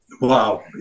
wow